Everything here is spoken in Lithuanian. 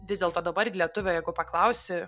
vis dėlto dabar lietuvio jeigu paklausi